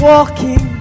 Walking